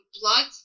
Blood